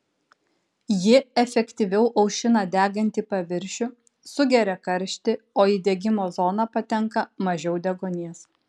ji efektyviau aušina degantį paviršių sugeria karštį o į degimo zoną patenka mažiau deguonies